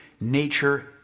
nature